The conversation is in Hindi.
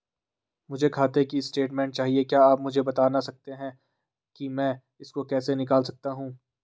मुझे खाते की स्टेटमेंट चाहिए क्या आप मुझे बताना सकते हैं कि मैं इसको कैसे निकाल सकता हूँ?